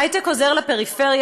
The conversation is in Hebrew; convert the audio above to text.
ההיי-טק עוזר לפריפריה,